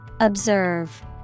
Observe